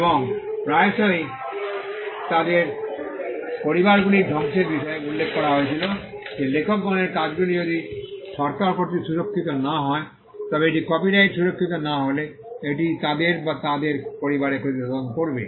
এবং প্রায়শই তাদের এবং তাদের পরিবারগুলির ধ্বংসের বিষয়ে উল্লেখ করা হয়েছিল যে লেখকগণের কাজগুলি যদি সরকার কর্তৃক সুরক্ষিত না হয় তবে এটি কপিরাইট সুরক্ষিত না হলে এটি তাদের এবং তাদের পরিবারের ক্ষতিসাধন করবে